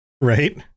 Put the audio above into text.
right